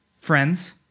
friends